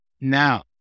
now